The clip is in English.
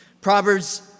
Proverbs